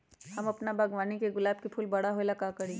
हम अपना बागवानी के गुलाब के फूल बारा होय ला का करी?